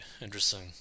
interesting